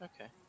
Okay